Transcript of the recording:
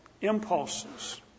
impulses